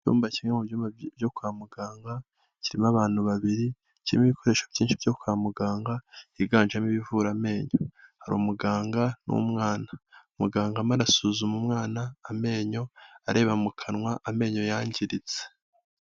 Icyumba kimwe mu byuma byo kwa muganga kirimo abantu babiri, kirimo ibikoresho byinshi byo kwa muganga higanjemo ibivura amenyo, hari umuganga n'umwana, muganga arimo arasuzuma umwana amenyo, areba mu kanwa amenyo yangiritse.